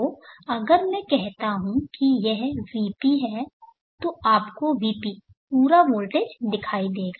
तो अगर मैं कहता हूं कि यह Vp है तो आपको Vp पूरा वोल्टेज दिखाई देगा